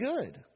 good